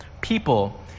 people